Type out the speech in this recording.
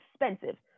expensive